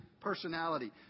personality